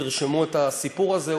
תרשמו את הסיפור הזה,